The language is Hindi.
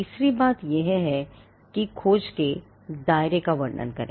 तीसरी बात यह है कि खोज के दायरे का वर्णन करें